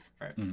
Right